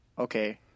okay